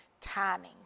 timing